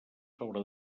sobre